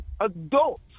adults